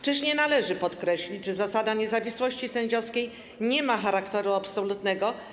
Czyż nie należy podkreślić, że zasada niezawisłości sędziowskiej nie ma charakteru absolutnego?